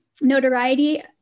notoriety